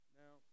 now